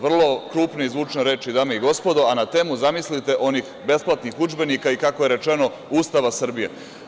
Vrlo krupne i zvučne reči, dame i gospodo, a na temu, zamislite, onih besplatnih udžbenika i kako je rečeno Ustava Srbije.